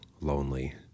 lonely